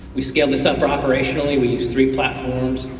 we scaled this up operationally, we used three platforms,